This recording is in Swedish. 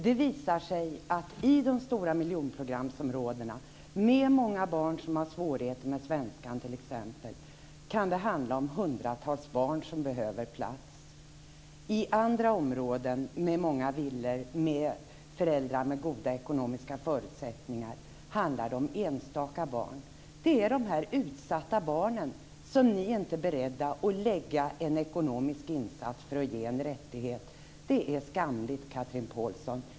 Det visar sig att det i de stora miljonprogramsområdena, med många barn som har svårigheter med t.ex. svenskan, kan handla om hundratals barn som behöver plats. I andra områden, med många villor, med föräldrar med goda ekonomiska förutsättningar, handlar det om enstaka barn. Det är de utsatta barnen som ni inte är beredda att göra en ekonomisk insats för och ge en rättighet. Det är skamligt, Chatrine Pålsson.